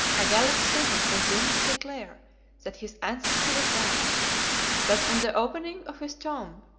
a gallic synod presumes to declare that his ancestor was damned that on the opening of his tomb,